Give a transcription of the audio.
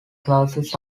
classes